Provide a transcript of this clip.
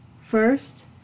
First